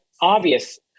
obvious